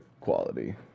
quality